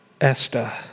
Esther